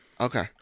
Okay